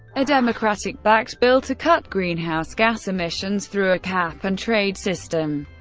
a democratic-backed bill to cut greenhouse gas emissions through a cap-and-trade system.